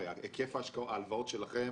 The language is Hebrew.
היקף ההלוואות שלכם